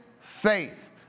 faith